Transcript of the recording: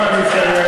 אני מבקש.